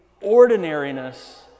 ordinariness